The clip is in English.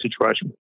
situation